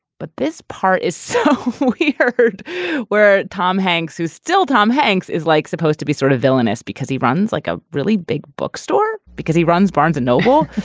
but this part is so he heard where tom hanks is. still, tom hanks is like supposed to be sort of villainous because he runs like a really big bookstore because he runs barnes and noble.